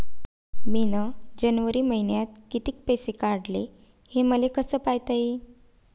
मिन जनवरी मईन्यात कितीक पैसे काढले, हे मले कस पायता येईन?